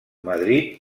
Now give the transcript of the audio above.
madrid